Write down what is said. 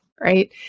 Right